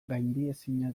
gaindiezina